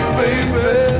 baby